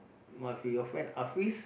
must be your friend Afiz